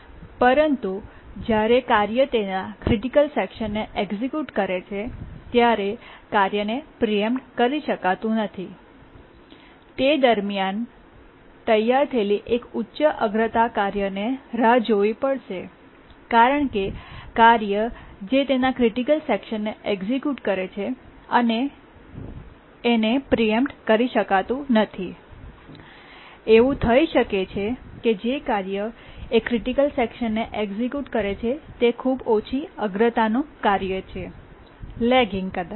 પરંતુ જ્યારે કાર્ય તેના ક્રિટિકલ સેકશનને એક્સિક્યૂટ કરે છે ત્યારે કાર્યને પ્રીએમ્પ્ટ કરી શકાતું નથી તે દરમિયાનમાં તૈયાર થયેલી એક ઉચ્ચ અગ્રતા કાર્યને રાહ જોવી પડશે કારણ કે કાર્ય જે તેના ક્રિટિકલ સેકશનને એક્સિક્યૂટ કરે છે એને પ્રીએમ્પ્ટ કરી શકાતું નથી એવું થઈ શકે છે કે જે કાર્ય એક ક્રિટિકલ સેકશનને એક્સિક્યૂટ કરે છે એ ખૂબ ઓછી અગ્રતાનું કાર્ય છે લોગીંગ કદાચ